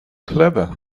clever